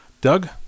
Doug